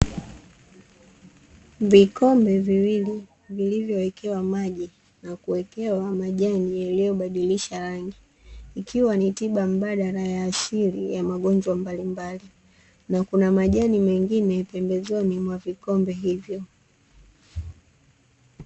Vikombe viwili vilivyowekewa maji na kuwekewa majani yaliyobadilisha rangi, ikiwa ni tiba mbadala ya asili ya magonjwa mbalimbali na kuna majani mengine pembezoni mwa vikombe hivyo.